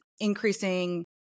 increasing